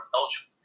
Belgium